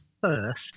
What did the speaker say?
first